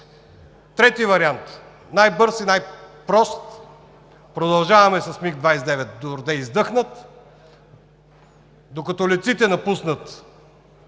Трети вариант – най-бърз и най-прост: продължаваме с МиГ-29 дорде издъхнат, докато летците напуснат